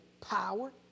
power